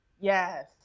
Yes